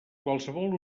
qualsevol